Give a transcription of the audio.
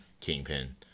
Kingpin